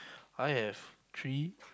I have three